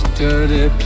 dirty